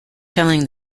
telling